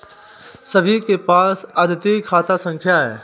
सभी के पास अद्वितीय खाता संख्या हैं